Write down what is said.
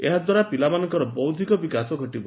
ଏହାଦ୍ୱାରା ପିଲାମାନଙ୍କର ବୌଦ୍ଧିକ ବିକାଶ ଘଟିବ